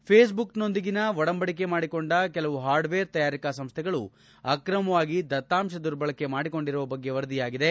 ಫೇಸ್ಬುಕ್ನೊಂದಿಗೆ ಒಡಂಬಡಿಕೆ ಮಾಡಿಕೊಂಡ ಕೆಲವು ಹಾರ್ಡ್ವೇರ್ ತಯಾರಿಕಾ ಸಂಸ್ಥೆಗಳು ಅಕ್ರಮವಾಗಿ ದತ್ತಾಂಶ ದುರ್ಬಳಕೆ ಮಾಡಿರುವ ಬಗ್ಗೆ ವರದಿಯಾಗಿದೆ